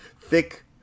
thick